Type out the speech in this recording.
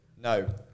No